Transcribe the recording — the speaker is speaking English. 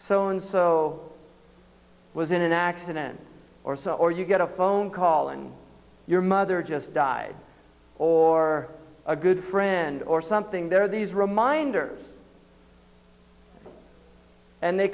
so and so was in an accident or so or you get a phone call and your mother just died or a good friend or something there are these reminders and they